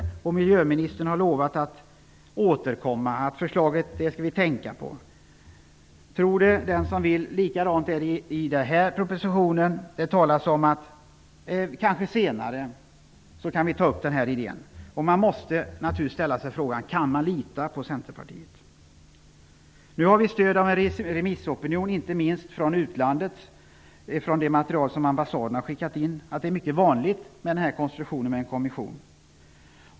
Miljöministern har lovat att återkomma och att man skall tänka på förslaget. Tro det den som vill. I propositionen sägs att man kanske kan ta upp den här idén senare. Man måste naturligtvis ställa sig frågan om man kan lita på Centerpartiet. Nu har vi stöd av en remissopinion, inte minst från utlandet. Det framgår av det material som ambassaderna har skickat in att det är mycket vanligt med en sådan kommission.